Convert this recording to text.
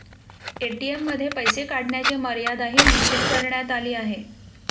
ATM मध्ये पैसे काढण्याची मर्यादाही निश्चित करण्यात आली आहे